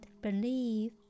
believe